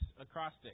acrostic